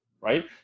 right